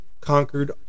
conquered